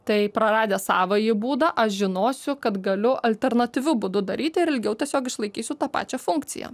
tai praradęs savąjį būdą aš žinosiu kad galiu alternatyviu būdu daryti ir ilgiau tiesiog išlaikysiu tą pačią funkciją